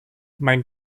mein